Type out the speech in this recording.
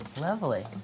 Lovely